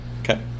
Okay